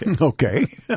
okay